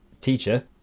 teacher